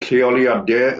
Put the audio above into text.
lleoliadau